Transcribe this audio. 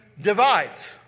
divides